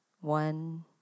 One